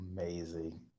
amazing